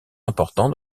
important